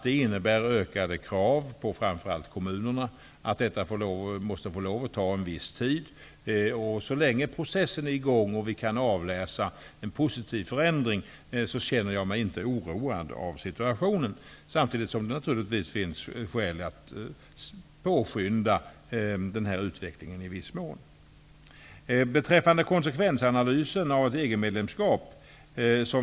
Det innebär ökade krav, framför allt på kommunerna. Detta måste få lov att ta en viss tid. Så länge processen är i gång och vi kan avläsa en positiv förändring känner jag mig inte oroad av situationen. Samtidigt finns naturligtvis skäl att påskynda denna utveckling i viss mån. Jan Jennehag efterfrågar en konsekvensanalys av ett EG-medlemskap.